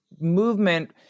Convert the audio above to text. movement